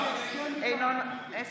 אינו נוכח